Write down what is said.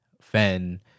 fan